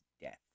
death